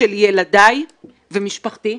של ילדיי ומשפחתי,